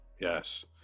Yes